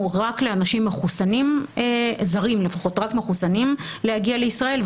רק לאנשים זרים רק למחוסנים להגיע לישראל,